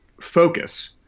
focus